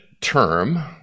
term